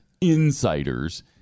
insiders